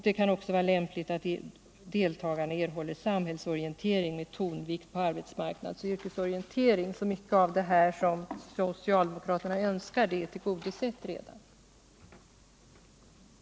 Det kan också vara lämpligt att deltagarna erhåller samhällsorientering med tonvikt på arbetsmarknads och yrkesorientering. Mycket av vad socialdemokraterna önskar är alltså redan tullgodosett.